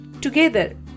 Together